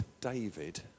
David